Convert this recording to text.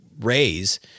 raise